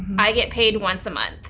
i get paid once a month,